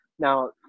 Now